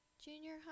junior